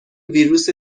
ویروس